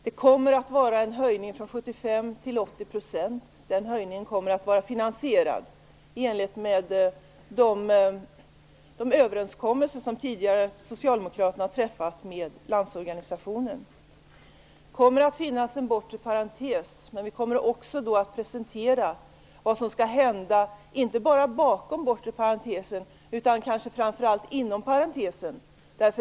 Det kommer att föreslås en höjning av ersättningsnivån från 75 % till 80 %. Den höjningen kommer att vara finansierad i enlighet med de överenskommelser som socialdemokraterna tidigare har träffat med Landsorganisationen. Det kommer att finnas en bortre parentes, men vi kommer också att presentera vad som skall hända inte bara bakom den bortre parentesen utan kanske framför allt inom denna.